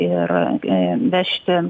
ir ė vežti